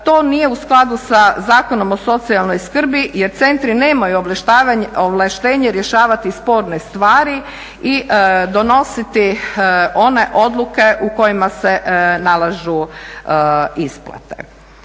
to nije u skladu sa Zakonom o socijalnoj skrbi jer centri nemaju ovlaštenje rješavati sporne stvari i donositi one odluke u kojima se nalažu isplate.